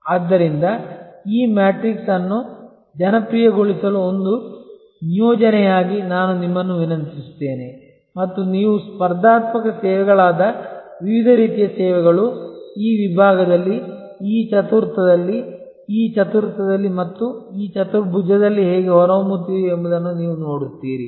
ಆದ್ದರಿಂದ ಈ ಮ್ಯಾಟ್ರಿಕ್ಸ್ ಅನ್ನು ಜನಪ್ರಿಯಗೊಳಿಸಲು ಒಂದು ನಿಯೋಜನೆಯಾಗಿ ನಾನು ನಿಮ್ಮನ್ನು ವಿನಂತಿಸುತ್ತೇನೆ ಮತ್ತು ನೀವು ಸ್ಪರ್ಧಾತ್ಮಕ ಸೇವೆಗಳಾದ ವಿವಿಧ ರೀತಿಯ ಸೇವೆಗಳು ಈ ವಿಭಾಗದಲ್ಲಿ ಈ ಚತುರ್ಥದಲ್ಲಿ ಈ ಚತುರ್ಥದಲ್ಲಿ ಮತ್ತು ಈ ಚತುರ್ಭುಜದಲ್ಲಿ ಹೇಗೆ ಹೊರಹೊಮ್ಮುತ್ತಿವೆ ಎಂಬುದನ್ನು ನೀವು ನೋಡುತ್ತೀರಿ